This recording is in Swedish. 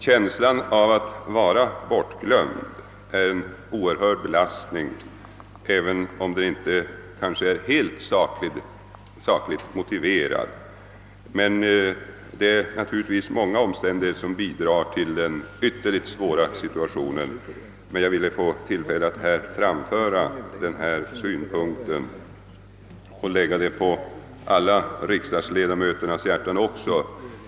Känslan av att vara bortglömd är en oerhörd belastning — även om den kanske inte är helt sakligt motiverad. Det är emellertid många omständigheter som bidrar till den utomordentligt svåra situationen där uppe i norr. Jag har också velat lägga saken på riksdagsledamöternas hjärtan.